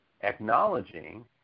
acknowledging